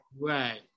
Right